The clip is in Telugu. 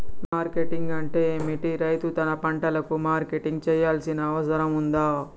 మార్కెటింగ్ అంటే ఏమిటి? రైతు తన పంటలకు మార్కెటింగ్ చేయాల్సిన అవసరం ఉందా?